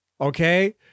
Okay